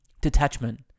Detachment